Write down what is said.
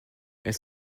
elle